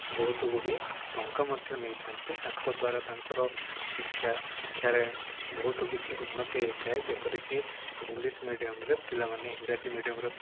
ବହୁତ ଗୁଡ଼ିଏ ଟଙ୍କା ମଧ୍ୟ ନେଇଥାନ୍ତି ତାଙ୍କ ଦ୍ୱାରା ତାଙ୍କର ଶିକ୍ଷା ଶିକ୍ଷାରେ ବହୁତ କିଛି ଉନ୍ନତି ହେଇଥାଏ ଯେପରିକି ଇଂଲିଶ ମିଡ଼ିଅମରେ ପିଲାମାନେ ଇଂରାଜୀ ମିଡ଼ିୟମରେ